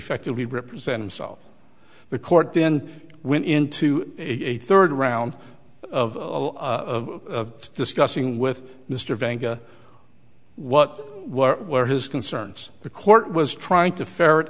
effectively represent himself the court then went into a third round of of discussing with mr vanga what were his concerns the court was trying to ferret